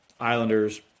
Islanders